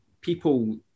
people